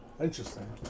interesting